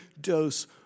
dose